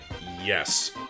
Yes